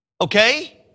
Okay